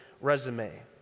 resume